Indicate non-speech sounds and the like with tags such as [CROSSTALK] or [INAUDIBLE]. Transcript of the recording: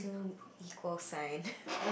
equal sign [LAUGHS]